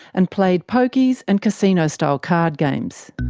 and played pokies and casino-style card games.